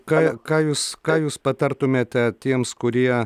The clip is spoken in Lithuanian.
ką ką jūs ką jūs patartumėte tiems kurie